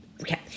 Okay